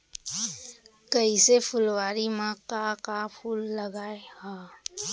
कइसे फुलवारी म का का फूल लगाय हा?